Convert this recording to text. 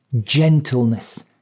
gentleness